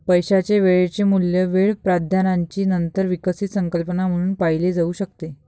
पैशाचे वेळेचे मूल्य वेळ प्राधान्याची नंतर विकसित संकल्पना म्हणून पाहिले जाऊ शकते